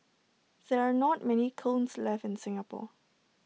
there are not many kilns left in Singapore